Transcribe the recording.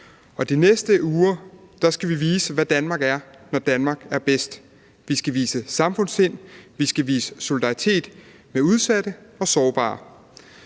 De næste uger skal vi vise, hvad Danmark er, når Danmark er bedst. Vi skal vise samfundssind, og vi skal vise solidaritet med udsatte og sårbare.